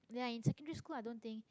ya in secondary school I don't think